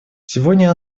сегодня